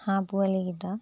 হাঁহ পোৱালিকেইটা